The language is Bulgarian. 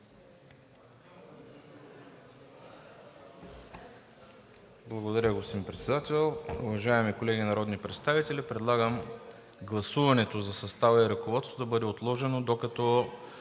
Благодаря, господин Председател. Уважаеми колеги народни представители, предлагам гласуването за състава и ръководството да бъде отложено, докато